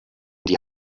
die